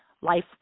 Life